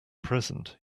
present